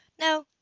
No